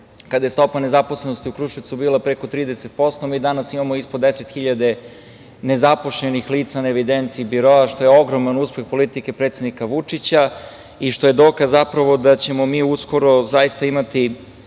kada je stopa nezaposlenosti u Kruševcu bila preko 30%, mi danas imamo ispod 10 hiljada nezaposlenih lica na evidenciji biroa, što je ogroman uspeh politike predsednika Vučića i što je dokaz zapravo da ćemo mi uskoro zaista imati,